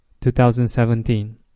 2017